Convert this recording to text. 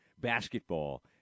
basketball